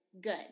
good